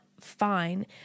fine